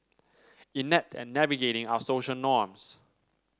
inept at navigating our social norms